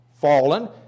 fallen